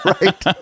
right